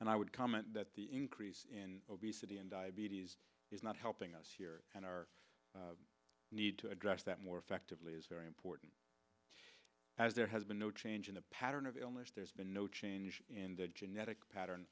and i would comment that the increase in obesity and diabetes is not helping us here and our need to address that more effectively is very important as there has been no change in the pattern of illness there's been no change in the genetic pattern